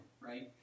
right